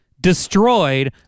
Destroyed